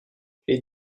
les